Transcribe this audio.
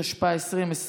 התשפ"א 2020,